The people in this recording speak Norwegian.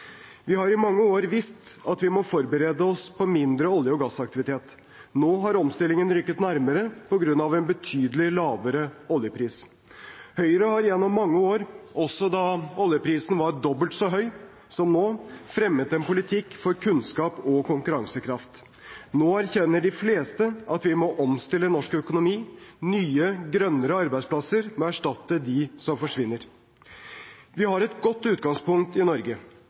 Vi har i mange år visst at vi må forberede oss på mindre olje- og gassaktivitet. Nå har omstillingen rykket nærmere på grunn av en betydelig lavere oljepris. Høyre har gjennom mange år, også da oljeprisen var dobbelt så høy som nå, fremmet en politikk for kunnskap og konkurransekraft. Nå erkjenner de fleste at vi må omstille norsk økonomi. Nye, grønnere arbeidsplasser må erstatte dem som forsvinner. Vi har et godt utgangspunkt i Norge: